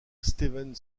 steven